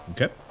Okay